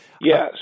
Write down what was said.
Yes